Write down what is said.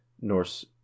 Norse